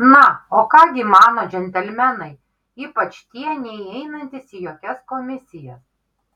na o ką gi mano džentelmenai ypač tie neįeinantys į jokias komisijas